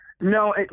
No